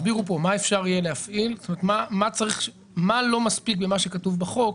תסבירו פה מה אפשר יהיה להפעיל ומה לא מספיק במה שכתוב בחוק,